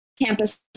campus